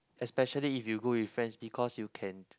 especially if you go with friends because you can